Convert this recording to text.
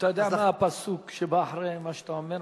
אתה יודע מה הפסוק שבא אחרי מה שאתה אומר,